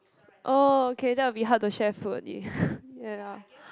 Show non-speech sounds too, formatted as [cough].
oh okay that would be hard to share food already [breath] ya